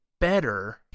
better